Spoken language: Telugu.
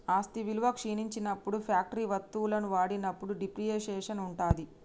ఆస్తి విలువ క్షీణించినప్పుడు ఫ్యాక్టరీ వత్తువులను వాడినప్పుడు డిప్రిసియేషన్ ఉంటది